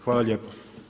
Hvala lijepo.